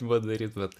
vat daryt bet